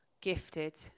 Gifted